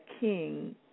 king